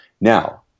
Now